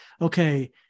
okay